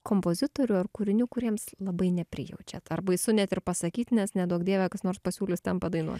kompozitorių ar kūrinių kuriems labai neprijaučiat ar baisu net ir pasakyt nes neduok dieve kas nors pasiūlys ten padainuot